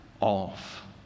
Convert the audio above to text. off